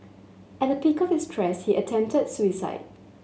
at the peak of his stress he attempted suicide